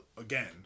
again